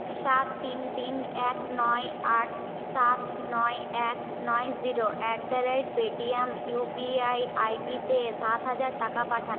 সাত তিন তিন এক নয় আট সাত নয় এক নয় zero at the rate Paytm UPI আইডিতে সাত হাজার টাকা পাঠান